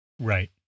right